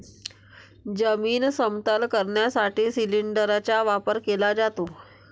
जमीन समतल करण्यासाठी सिलिंडरचा वापर केला जातो